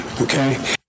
okay